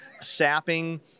sapping